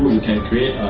you can create